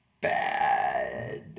bad